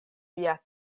via